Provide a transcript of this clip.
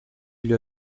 gli